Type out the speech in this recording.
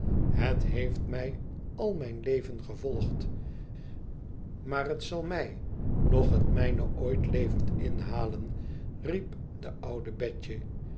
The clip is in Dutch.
het heeft mij al mijn leven gevolgd maar het zal mij noch het mijne ooit levend inhalen riep de oude betje